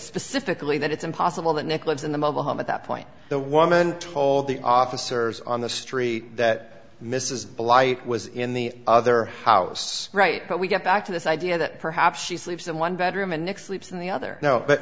specifically that it's impossible that nick lives in the mobile home at that point the woman told the officers on the street that mrs bligh was in the other house right but we get back to this idea that perhaps she sleeps in one bedroom and nick sleeps in the other no but